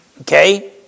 okay